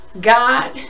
god